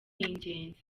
ingenzi